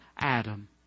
Adam